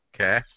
Okay